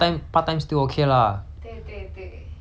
but for 我 hor 想到想当年 ah